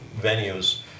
venues